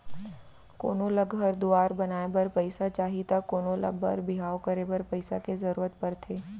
कोनो ल घर दुवार बनाए बर पइसा चाही त कोनों ल बर बिहाव करे बर पइसा के जरूरत परथे